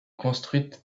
construite